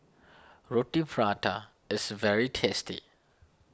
Roti Prata is very tasty